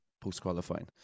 post-qualifying